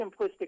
simplistic